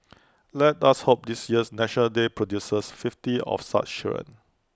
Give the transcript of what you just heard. let us hope this year's National Day produces fifty of such children